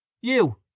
You